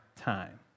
time